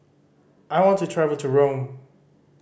I want to travel to Rome